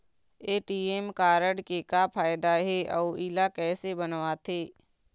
ATM card के का फायदा हे अऊ इला कैसे बनवाथे?